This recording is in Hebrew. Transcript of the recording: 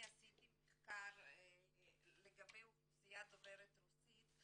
ערכתי מחקר לגבי אוכלוסייה דוברת רוסית,